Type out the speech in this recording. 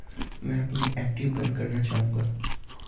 मैं अपनी एफ.डी बंद करना चाहूंगा